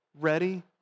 ready